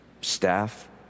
staff